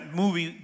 movie